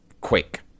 quick